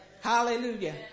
Hallelujah